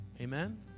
Amen